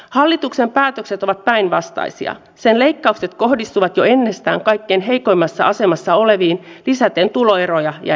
hallituksen päätökset ovat päinvastaisia sen leikkaukset kohdistuvat jo ennestään kaikkein heikoimmassa asemassa oleviin lisäten tuloeroja ja eriarvoisuutta